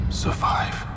survive